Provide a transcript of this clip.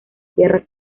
tierra